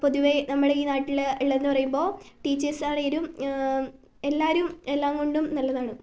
പൊതുവേ നമ്മുടെ ഈ നാട്ടിൽ ഉള്ളതെന്നു പറയുമ്പോൾ ടീച്ചേഴ്സ് ആണെങ്കിലും എല്ലാവരും എല്ലാം കൊണ്ടും നല്ലതാണ്